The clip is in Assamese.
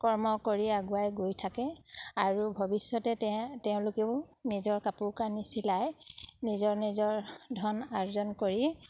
কৰ্ম কৰি আগুৱাই গৈ থাকে আৰু ভৱিষ্যতে তে তেওঁলোকেও নিজৰ কাপোৰ কানি চিলাই নিজৰ নিজৰ ধন আৰ্জন কৰি